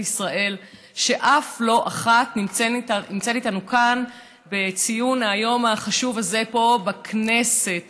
ישראל שאף לא אחת נמצאת איתנו כאן בציון היום החשוב הזה פה בכנסת.